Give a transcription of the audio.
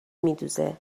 میدوزه